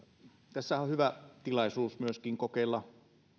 tässähän on hyvä tilaisuus myöskin kokeilla